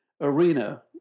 arena